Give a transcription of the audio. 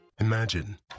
Imagine